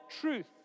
truth